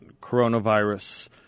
coronavirus